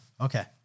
Okay